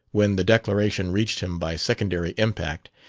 when the declaration reached him by secondary impact,